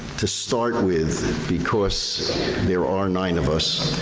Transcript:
to start with, because there are nine of us,